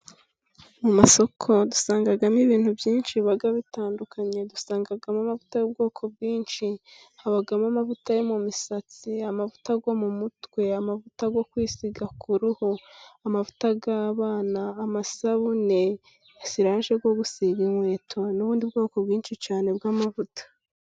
Mu masoko dusangamo ibintu byinshi biba bitandukanye dusangamo amavuta y'ubwoko bwinshi. Habamo amavuta yo mu misatsi, amavuta yo mu mutwe, amavuta yo kwisiga ku ruhu, amavuta y'abana, amasabune siraje yo gusiga inkweto, n'ubundi bwoko bwinshi cyane bw'amavuta.